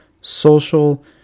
social